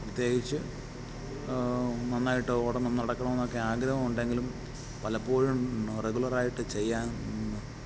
പ്രത്യേകിച്ച് നന്നായിട്ട് ഓടണം നടക്കണം എന്നൊക്കെ ആഗ്രഹം ഉണ്ടെങ്കിലും പലപ്പോഴും റെഗുലർ ആയിട്ട് ചെയ്യാൻ